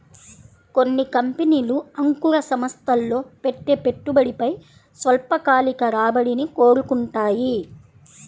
కొన్ని కంపెనీలు అంకుర సంస్థల్లో పెట్టే పెట్టుబడిపై స్వల్పకాలిక రాబడిని కోరుకుంటాయి